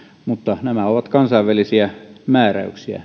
mutta nämä adr määräykset ovat kansainvälisiä määräyksiä